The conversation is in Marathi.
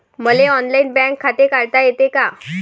मले ऑनलाईन बँक खाते काढता येते का?